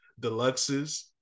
deluxes